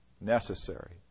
necessary